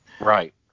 Right